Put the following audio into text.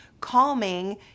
calming